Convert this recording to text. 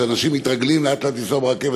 שאנשים מתרגלים לאט-לאט לנסוע ברכבת,